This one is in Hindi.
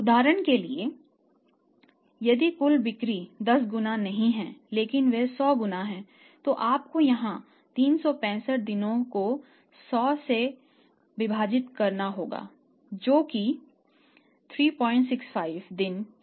उदाहरण के लिए यदि कुल बिक्री 10 गुना नहीं है लेकिन वे 100 गुना हैं तो आपको यहां 365 दिनों को100 से विभाजित करना होगा जो आपको 365 दिन या लगभग 4 दिन देता है